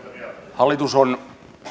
hallitus on